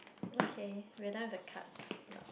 okay we have done with the cards